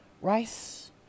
rice